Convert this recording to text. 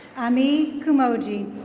ami kumordzie